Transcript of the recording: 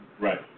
right